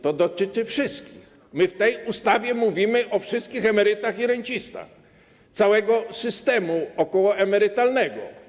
To dotyczy wszystkich, my w tej ustawie mówimy o wszystkich emerytach i rencistach, całego systemu okołoemerytalnego.